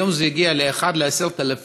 היום זה הגיע לאחות ל-10,000.